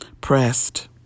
pressed